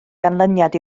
ganlyniad